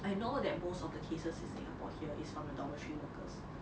I know that most of the cases in singapore here is from a dormitory workers